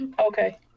Okay